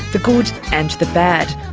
the good and the bad.